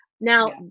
Now